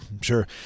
sure